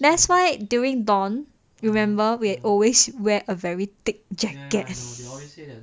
that's why during dawn remember we always wear a very thick jacket